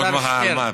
אות מחאה על מה?